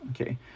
okay